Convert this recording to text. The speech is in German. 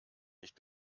nicht